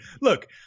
Look